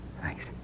Thanks